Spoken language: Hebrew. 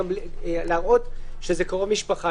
להראות שזה קרוב משפחה,